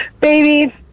baby